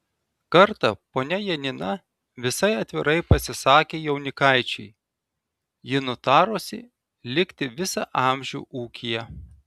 kartą ponia janina visai atvirai pasisakė jaunikaičiui ji nutarusi likti visą amžių ūkyje